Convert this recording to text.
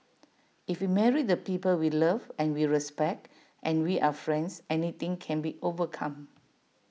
if we marry the people we love and we respect and we are friends anything can be overcome